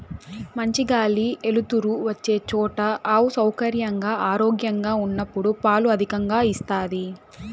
మంచి గాలి ఎలుతురు వచ్చే చోట ఆవు సౌకర్యంగా, ఆరోగ్యంగా ఉన్నప్పుడు పాలు అధికంగా ఇస్తాది